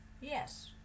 yes